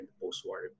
post-war